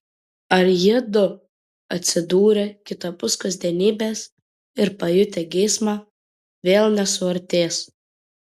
ar jiedu atsidūrę kitapus kasdienybės ir pajutę geismą vėl nesuartės